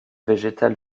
végétal